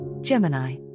Gemini